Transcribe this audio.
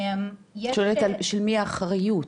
--- אני שואלת של מי האחריות?